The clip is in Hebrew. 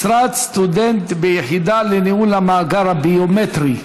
משרת סטודנט ביחידה לניהול המאגר הביומטרי.